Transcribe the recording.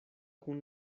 kun